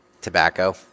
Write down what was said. Tobacco